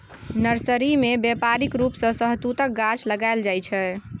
nursery मे बेपारिक रुप सँ शहतुतक गाछ लगाएल जाइ छै